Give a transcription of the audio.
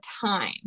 time